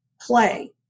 play